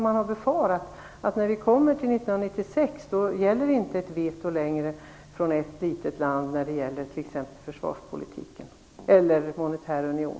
Man har befarat att när vi kommer fram till 1996 kommer ett veto från ett litet land inte längre att gälla, t.ex. i försvarspolitiken eller beträffande en monetär union.